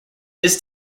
this